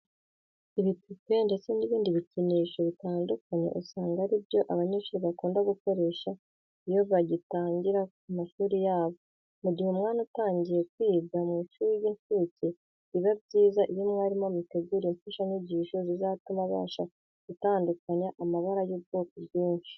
Ibipupe ndetse n'ibindi bikinisho bitandukanye usanga ari byo abanyeshuri bakunda gukoresha iyo bagitangira amashuri yabo. Mu gihe umwana atangiye kwiga mu ishuri ry'incuke, biba byiza iyo umwarimu amuteguriye imfashanyigisho zizatuma abasha gutandukanya amabara y'ubwoko bwinshi.